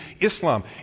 Islam